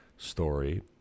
story